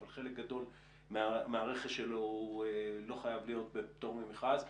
אבל חלק גדול מהרכש שלו לא חייב להיות בפטור ממכרז.